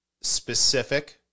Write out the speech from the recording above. specific